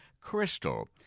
crystal